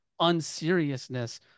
unseriousness